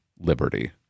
liberty